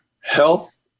Health